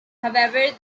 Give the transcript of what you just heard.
however